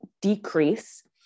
decrease